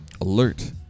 alert